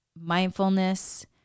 mindfulness